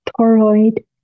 toroid